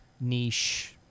niche